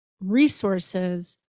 resources